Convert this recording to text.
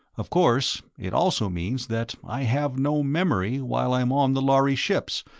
of course, it also means that i have no memory, while i'm on the lhari ships,